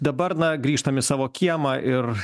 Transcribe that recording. dabar na grįžtam į savo kiemą ir